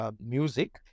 music